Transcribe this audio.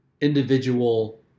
individual